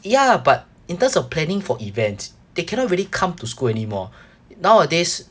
ya but in terms of planning for events they cannot really come to school anymore nowadays